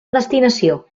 destinació